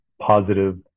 positive